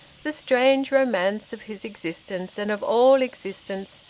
the strange romance of his existence, and of all existence,